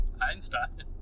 Einstein